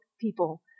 people